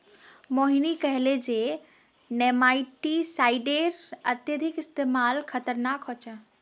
मोहिनी कहले जे नेमाटीसाइडेर अत्यधिक इस्तमाल खतरनाक ह छेक